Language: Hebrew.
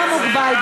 זה בעד מזרחים.